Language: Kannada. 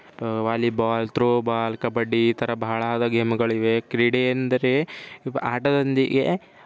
ವಾಲಿಬಾಲ್ ತ್ರೋಬಾಲ್ ಕಬಡ್ಡಿ ಈ ಥರ ಬಹಳಾದ ಗೇಮ್ಗಳಿವೆ ಕ್ರೀಡೆ ಎಂದರೆ ಆಟದೊಂದಿಗೆ